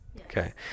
okay